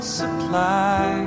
supply